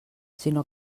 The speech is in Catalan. sinó